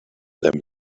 them